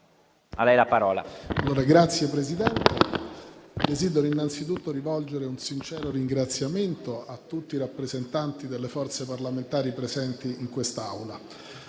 Signor Presidente, desidero innanzitutto rivolgere un sincero ringraziamento a tutti i rappresentanti delle forze parlamentari presenti in quest'Aula.